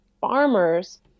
farmers